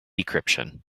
decryption